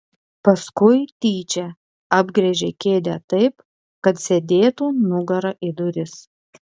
paskui tyčia apgręžė kėdę taip kad sėdėtų nugara į duris